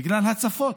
בגלל הצפות,